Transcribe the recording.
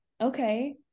okay